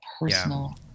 personal